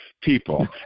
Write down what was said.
people